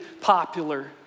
popular